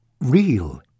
real